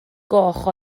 goch